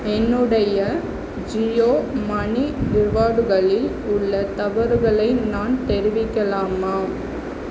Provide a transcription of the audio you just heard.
என்னுடைய ஜியோ மனி ரிவார்டுகளில் உள்ள தவறுகளை நான் தெரிவிக்கலாமா